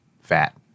fat